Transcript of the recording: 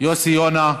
יוסי יונה.